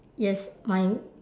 yes my